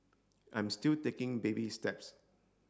I'm still taking baby steps